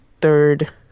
third